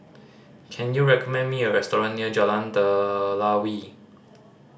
can you recommend me a restaurant near Jalan Telawi